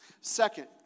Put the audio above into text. Second